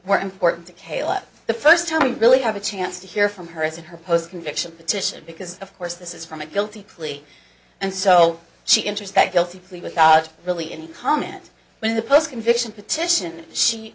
more important to kayla the first time really have a chance to hear from her as in her post conviction petition because of course this is from a guilty plea and so she introspect guilty plea without really any comment when the post conviction petition she